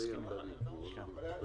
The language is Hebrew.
דרך אגב,